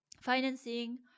financing